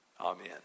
Amen